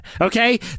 Okay